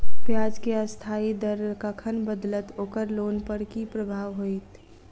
ब्याज केँ अस्थायी दर कखन बदलत ओकर लोन पर की प्रभाव होइत?